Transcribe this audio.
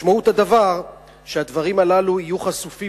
משמעות הדבר היא שהדברים הללו יהיו חשופים